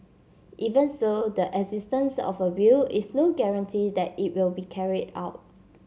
even so the existence of a will is no guarantee that it will be carried out